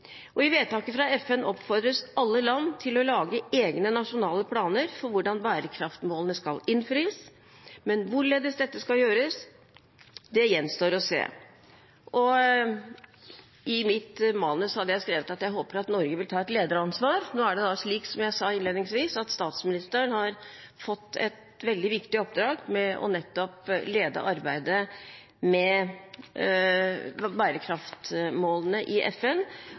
og bærekraftige byer. I vedtaket fra FN oppfordres alle land til å lage egne nasjonale planer for hvordan bærekraftsmålene skal innfris. Men hvordan dette skal gjøres, gjenstår å se. I mitt manus hadde jeg skrevet at jeg håper Norge vil ta et lederansvar. Nå er det, som jeg sa innledningsvis, slik at statsministeren har fått et veldig viktig oppdrag med nettopp å lede arbeidet med bærekraftsmålene i FN.